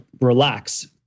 relax